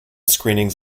screenings